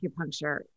acupuncture